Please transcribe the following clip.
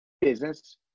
business